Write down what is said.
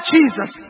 Jesus